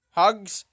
hugs